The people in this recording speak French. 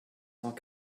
cent